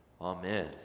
Amen